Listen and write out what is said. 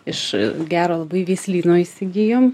iš gero labai veislyno įsigijom